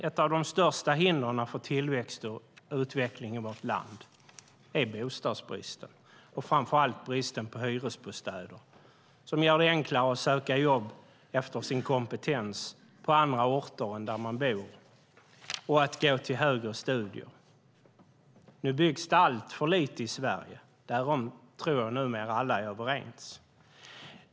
Ett av de största hindren för tillväxt och utveckling i vårt land är bostadsbristen, framför allt bristen på hyresbostäder som gör det enklare att söka jobb efter sin kompetens på andra orter än där man bor och att gå till högre studier. Nu byggs det alltför lite i Sverige. Därom tror jag att alla numera är överens.